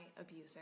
abuser